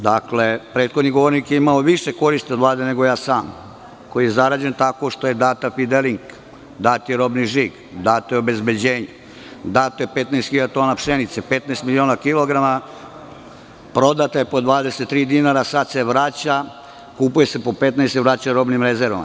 Dakle, prethodni govornik je imao više koristi od Vlade nego ja sam, koji je zarađen tako što je data „Fidelinka“, dat je robni žig, dato je obezbeđenje, dato je 15.000 tona pšenice, 15 miliona kilograma, prodata je po 23 dinara, sad se vraća, kupuje se po 15, vraća robnim rezervama.